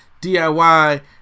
DIY